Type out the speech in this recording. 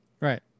right